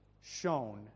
shown